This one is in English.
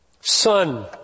son